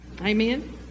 Amen